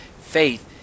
faith